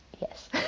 Yes